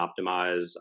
optimize